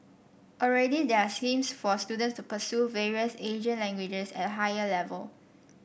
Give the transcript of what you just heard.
already there are schemes for students to pursue various Asian languages at a higher level